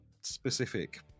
specific